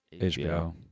HBO